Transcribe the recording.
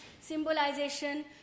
symbolization